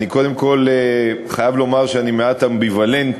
אני קודם כול חייב לומר שאני מעט אמביוולנטי,